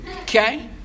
Okay